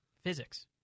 Physics